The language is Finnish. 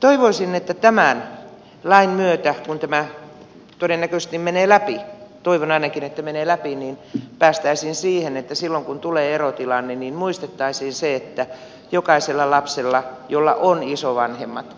toivoisin että tämän lain myötä kun tämä todennäköisesti menee läpi toivon ainakin että menee läpi päästäisiin siihen että silloin kun tulee erotilanne muistettaisiin se että jokaisella lapsella jolla on isovanhemmat